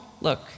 look